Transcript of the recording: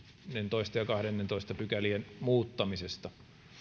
yhdennentoista ja kahdennentoista pykälän muuttamisesta